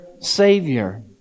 Savior